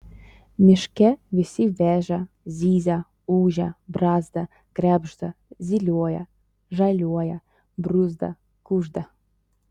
miške visi veža zyzia ūžia brazda krebžda zylioja žaliuoja bruzda kužda